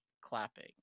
clapping